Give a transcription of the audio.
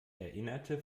erinnerte